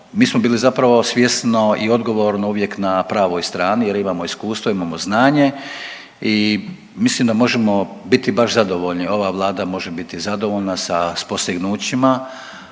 mi smo bili zapravo svjesno i odgovorno uvijek na pravoj strani jer imamo iskustvo, imamo znanje i mislim da možemo biti baš zadovoljni, ova vlada može biti zadovoljna sa postignućima.